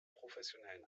professionellen